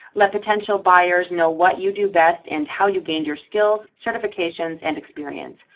let potential buyers know what you do best and how you gain your skills, certifications and experience.